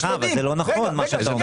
סליחה, אבל זה לא נכון מה שאתה אומר.